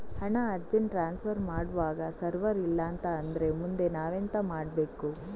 ಹಣ urgent transfer ಮಾಡ್ವಾಗ server ಇಲ್ಲಾಂತ ಆದ್ರೆ ಮುಂದೆ ನಾವೆಂತ ಮಾಡ್ಬೇಕು?